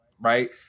right